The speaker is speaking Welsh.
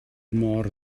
mor